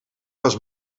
was